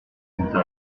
compte